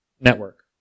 Network